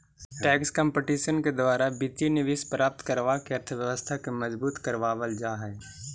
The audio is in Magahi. टैक्स कंपटीशन के द्वारा वित्तीय निवेश प्राप्त करवा के अर्थव्यवस्था के मजबूत करवा वल जा हई